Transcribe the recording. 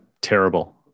terrible